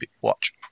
watch